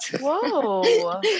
Whoa